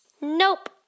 Nope